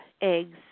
eggs